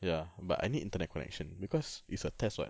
ya but I need internet connection because it's a test [what]